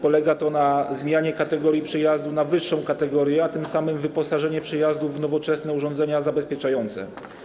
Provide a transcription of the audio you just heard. Polega to na zmianie kategorii przejazdu na wyższą kategorię, a tym samym wyposażenie przejazdów w nowoczesne urządzenia zabezpieczające.